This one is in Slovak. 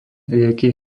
rieky